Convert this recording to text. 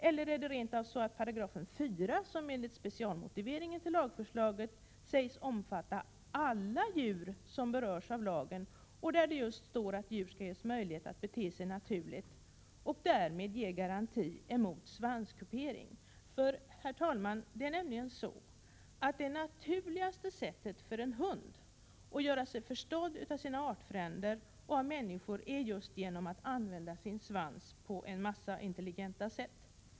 Eller är det rent av så, att 4 §, som enligt specialmotiveringen till lagförslaget sägs omfatta alla djur som berörs av lagen och som säger att djur skall ges möjlighet att bete sig naturligt, är en garanti mot svanskupering? Herr talman! Det naturligaste sättet för en hund att göra sig förstådd bland sina artfränder och även bland människor är nämligen att använda just svansen på en mängd intelligenta sätt.